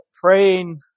praying